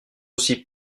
aussi